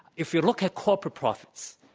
if you look at corporate profits,